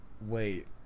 Wait